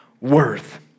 worth